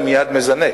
אני מייד מזנק.